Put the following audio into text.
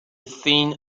thing